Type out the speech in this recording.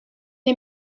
est